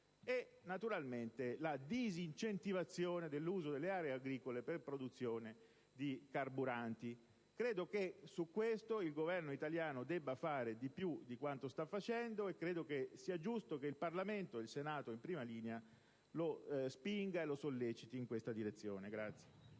e naturalmente la disincentivazione dell'uso delle aree agricole per la produzione di carburanti. Credo che su questo il Governo italiano debba fare di più di quanto sta facendo. Credo sia giusto che il Parlamento, e il Senato in prima linea, lo spinga e lo solleciti in questa direzione.